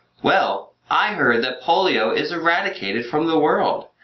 well, i heard that polio is eradicated from the world.